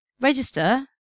Register